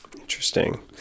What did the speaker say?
Interesting